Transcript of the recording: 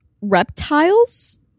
reptiles